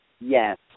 Yes